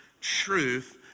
truth